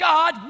God